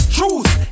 Truth